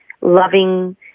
loving